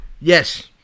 Yes